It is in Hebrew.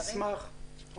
אני אשמח,